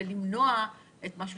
ולמנוע משהו